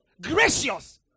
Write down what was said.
Gracious